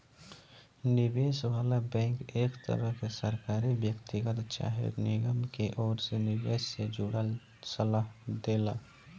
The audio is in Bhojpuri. निवेश वाला बैंक एक तरह के सरकारी, व्यक्तिगत चाहे निगम के ओर से निवेश से जुड़ल सलाह देला